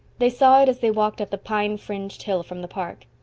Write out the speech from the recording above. they saw it as they walked up the pine-fringed hill from the park.